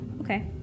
okay